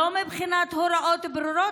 לא מבחינת הוראות ברורות,